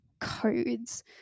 codes